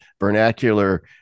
vernacular